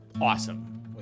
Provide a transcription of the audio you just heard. awesome